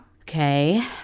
Okay